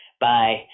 Bye